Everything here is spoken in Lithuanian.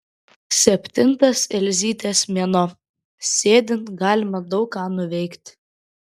septintas elzytės mėnuo sėdint galima daug ką nuveikti